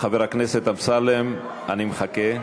חבר הכנסת אמסלם, אני מחכה.